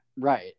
Right